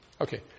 Okay